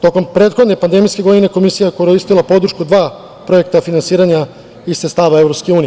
Tokom prethodne pandemijske godine Komisija je koristila podršku dva projekta finansiranja iz sredstava EU.